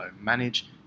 manage